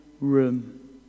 room